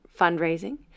fundraising